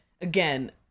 again